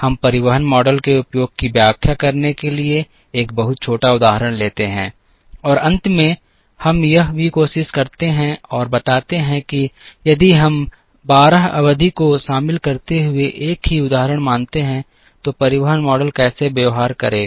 हम परिवहन मॉडल के उपयोग की व्याख्या करने के लिए एक बहुत छोटा उदाहरण लेते हैं और अंत में हम यह भी कोशिश करते हैं और बताते हैं कि यदि हम 12 अवधि को शामिल करते हुए एक ही उदाहरण मानते हैं तो परिवहन मॉडल कैसे व्यवहार करेगा